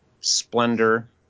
splendor